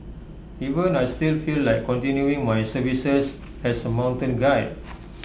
even I still feel like continuing my services as A mountain guide